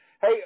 Hey